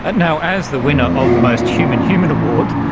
ah now as the winner of the most human human award,